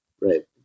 Right